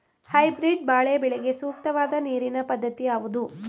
Hybrid ಬಾಳೆ ಬೆಳೆಗೆ ಸೂಕ್ತವಾದ ನೀರಿನ ಪದ್ಧತಿ ಯಾವುದು?